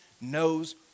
knows